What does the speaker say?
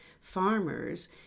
farmers